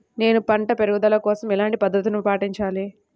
నేను పంట పెరుగుదల కోసం ఎలాంటి పద్దతులను పాటించాలి?